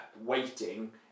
waiting